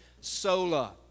sola